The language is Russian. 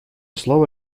слово